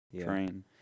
train